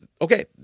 okay